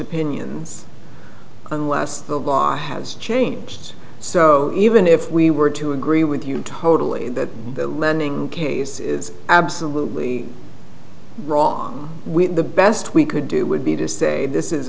opinions unless the law has changed so even if we were to agree with you totally that lending case is absolutely wrong we the best we could do would be to say this is